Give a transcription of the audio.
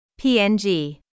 PNG